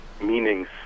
meanings